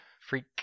Freak